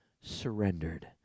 surrendered